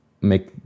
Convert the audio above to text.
make